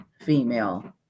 female